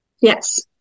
Yes